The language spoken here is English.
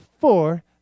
four